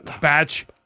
Batch